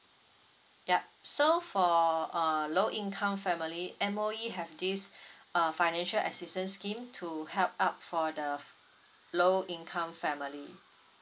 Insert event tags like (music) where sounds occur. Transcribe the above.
yup so for err low income family M_O_E have this (breath) a financial assistance scheme to help up for the low income family